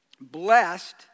blessed